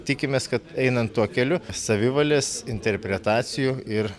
tikimės kad einant tuo keliu savivalės interpretacijų ir